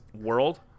world